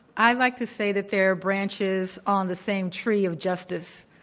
i'd like to say that there are branches on the same tree of justice,